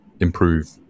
improve